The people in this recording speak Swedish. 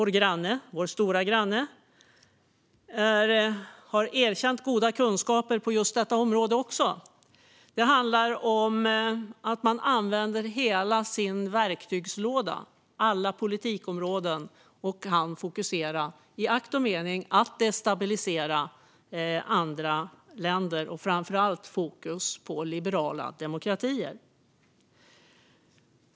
Ryssland, vår stora granne, har erkänt goda kunskaper också på just detta område. Det handlar om att landet använder hela sin verktygslåda med alla politikområden och kan fokusera i akt och mening att destabilisera andra länder, framför allt med fokus på liberala demokratier.